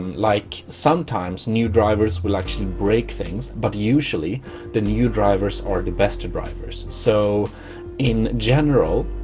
like sometimes new drivers will actually break things but usually the new drivers or the best and drivers so in general